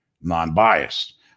non-biased